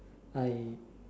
I